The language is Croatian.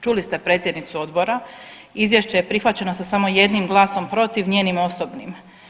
Čuli ste predsjednicu odbora, izvješće je prihvaćeno sa samo jednim glasom protiv, njenim osobnim.